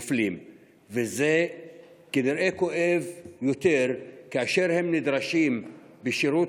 וזה כנראה כואב יותר כאשר הם נדרשים לשירות